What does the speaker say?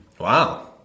Wow